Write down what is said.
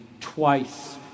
twice